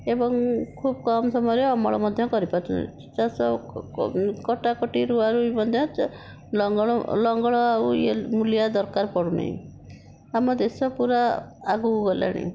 ଏବଂ ଖୁବ୍ କମ୍ ସମୟରେ ଅମଳ ମଧ୍ୟ କରିପାରୁଛନ୍ତି ଚାଷ କଟାକଟି ରୁଆ ରୁଇ ମଧ୍ୟ ଲଙ୍ଗଳ ଲଙ୍ଗଳ ଆଉ ଇଏ ମୂଲିଆ ଦରକାର ପଡ଼ୁନି ଆମ ଦେଶ ପୁରା ଆଗକୁ ଗଲାଣି